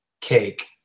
cake